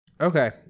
Okay